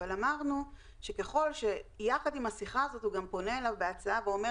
אבל אמרנו שככל יחד עם השיחה הזאת הוא גם פונה אליו בהצעה ואומר